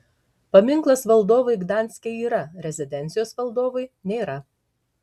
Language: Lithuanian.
paminklas valdovui gdanske yra rezidencijos valdovui nėra